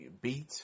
beat